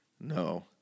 No